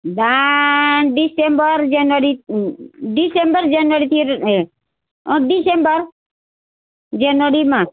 धान डिसम्बर जनवरी डिसम्बर जनवरीतिर अँ डिसम्बर जनवरीमा